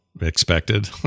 expected